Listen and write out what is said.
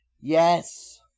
yes